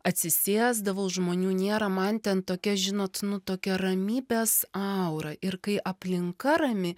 atsisėsdavau žmonių nėra man ten tokia žinot nu tokia ramybės aura ir kai aplinka rami